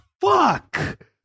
fuck